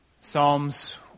Psalms